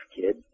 kid